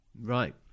right